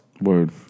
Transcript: Word